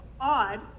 odd